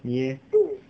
你 eh